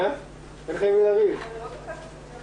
הדברים, כולל דברים שתוקנו